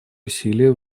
усилия